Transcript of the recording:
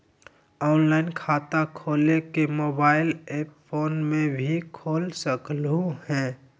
Online खाता खोले के मोबाइल ऐप फोन में भी खोल सकलहु ह?